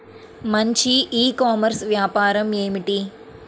మంచి e commerce వ్యాపారం ఏమిటీ?